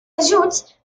ajuts